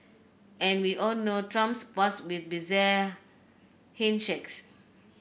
and we all know Trump's past with bizarre handshakes